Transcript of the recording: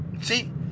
see